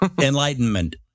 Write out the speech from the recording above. Enlightenment